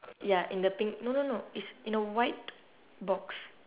ya in the pink no no no it's in a white box